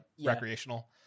recreational